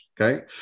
Okay